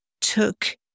took